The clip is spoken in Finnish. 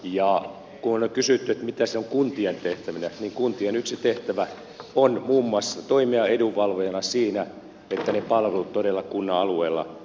ja kun on kysytty että mitäs on kuntien tehtävinä niin kuntien yksi tehtävä on muun muassa toimia edunvalvojana siinä että ne palvelut todella kunnan alueella tuotetaan